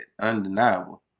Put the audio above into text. undeniable